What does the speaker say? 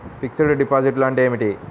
Fixed డిపాజిట్లు అంటే ఏమిటి?